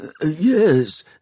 yes